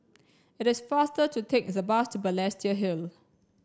it is faster to take the bus to Balestier Hill